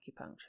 acupuncture